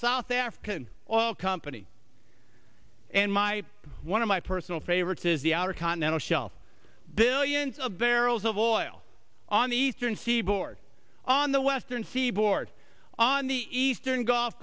south african oil company and my one of my personal favorites is the outer continental shelf billions of barrels of oil on the eastern seaboard on the western seaboard on the eastern gulf